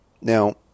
Now